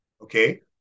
okay